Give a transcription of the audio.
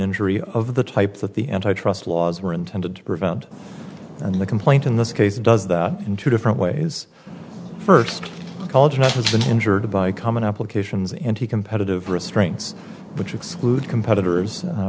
injury of the type that the antitrust laws were intended to prevent and the complaint in this case does that in two different ways first college has been injured by common applications and he competitive restraints which exclude competitors